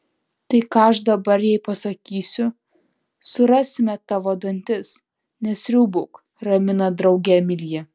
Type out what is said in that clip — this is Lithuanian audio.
tai ką aš dabar jai pasakysiu surasime tavo dantis nesriūbauk ramina draugę emilija